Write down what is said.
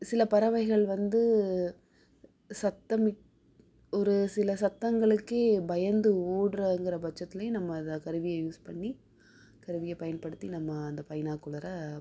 சில பறவைகள் வந்து சத்தம் ஒரு சில சத்தங்களுக்கே பயந்து ஓடுறங்கின்ற பட்சத்துலேயும் நம்ம அத கருவியை யூஸ் பண்ணி கருவியை பயன்படுத்தி நம்ம அந்த பைனாக்குலரை